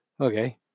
okay